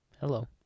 hello